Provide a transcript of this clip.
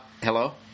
Hello